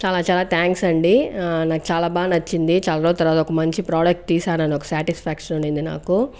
చాలా చాలా థ్యాంక్స్ అండి నాకు చాలా బాగా నచ్చింది చాలా రోజుల తర్వాత ఒక మంచి ప్రోడక్ట్ తీశానని ఒక శాటిస్ఫాక్షన్ ఉన్నింది నాకు